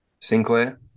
Sinclair